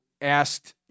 asked